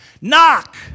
Knock